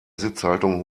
sitzhaltung